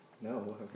No